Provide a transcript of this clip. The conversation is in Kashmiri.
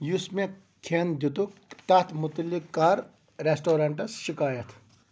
یُس مےٚ کھیٚن دِیتُک تتھ مُتعلِق کَر ریٚسٹرٛورَنٛٹَس شِکایَت